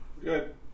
good